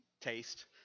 taste